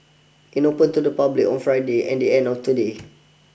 it opened to the public on Friday and the end of today